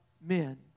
men